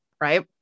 right